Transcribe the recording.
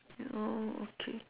oh oh okay